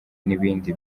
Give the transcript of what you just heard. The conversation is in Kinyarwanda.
n’ibindi